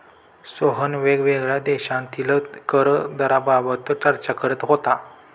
सोहन वेगवेगळ्या देशांतील कर दराबाबत चर्चा करत होता